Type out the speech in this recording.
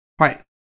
right